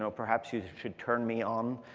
so perhaps you should turn me on.